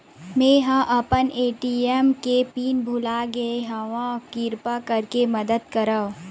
मेंहा अपन ए.टी.एम के पिन भुला गए हव, किरपा करके मदद करव